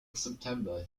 september